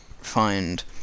find